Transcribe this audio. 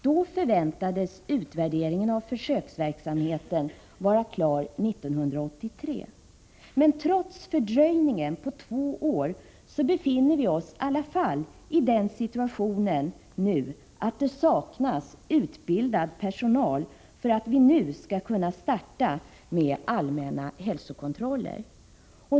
Då förväntades utvärderingen av försöksverksamheten vara klar 1983. Men trots fördröjningen på två år befinner vi oss i alla falli den situationen att det saknas utbildad personal för att vi nu skall kunna starta med allmänna hälsokontroller.